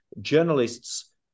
journalists